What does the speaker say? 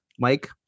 Mike